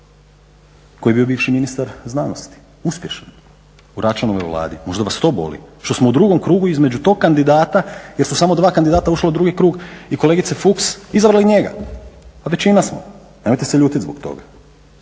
koji je bio viši ministar znanosti uspješan u Račanovoj vladi, možda vas to boli što smo u drugom krugu između tog kandidata jer su samo dva kandidata ušla u drugi krug kolegice Fuchs izabrali njega, a većina smo, nemojte se ljutiti zbog toga.